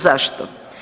Zašto?